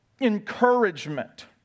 encouragement